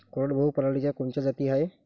कोरडवाहू पराटीच्या कोनच्या जाती हाये?